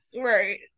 right